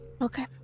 Okay